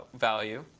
ah value.